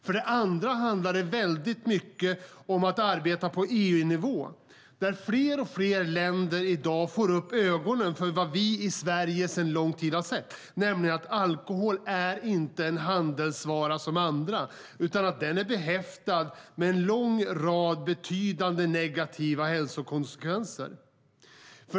För det andra handlar det väldigt mycket om att arbeta på EU-nivå där man i fler och fler länder i dag får upp ögonen för vad vi i Sverige under en lång tid har sett. Alkohol är inte en handelsvara som andra, utan den är behäftad med en lång rad betydande negativa hälsokonsekvenser.